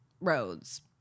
roads